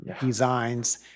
designs